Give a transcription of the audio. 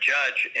Judge